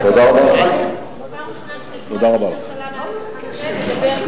פעם ראשונה שאני שומעת ראש ממשלה מעל הדוכן הזה מדבר,